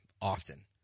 often